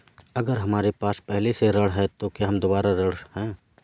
अगर हमारे पास पहले से ऋण है तो क्या हम दोबारा ऋण हैं?